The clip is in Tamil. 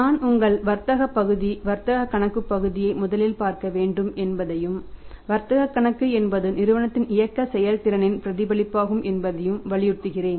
நான் உங்கள் வர்த்தக பகுதி வர்த்தக கணக்கு பகுதியை முதலில் பார்க்க வேண்டும் என்பதையும் வர்த்தக கணக்கு என்பது நிறுவனத்தின் இயக்க செயல்திறனின் பிரதிபலிப்பாகும் என்பதையும் வலியுறுத்துகிறேன்